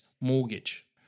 mortgage